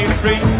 free